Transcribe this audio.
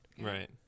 Right